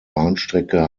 bahnstrecke